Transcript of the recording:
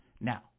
Now